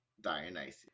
dionysus